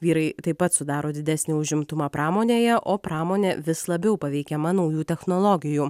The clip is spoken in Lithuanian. vyrai taip pat sudaro didesnį užimtumą pramonėje o pramonė vis labiau paveikiama naujų technologijų